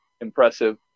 impressive